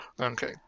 Okay